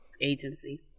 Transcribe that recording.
agency